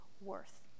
worth